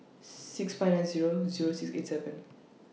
six five nine Zero Zero six eight seven